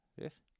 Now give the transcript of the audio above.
Yes